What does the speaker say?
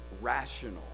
rational